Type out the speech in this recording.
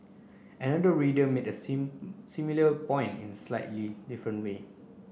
another reader made a same similar point in a slightly different way